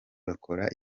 bakora